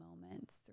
moments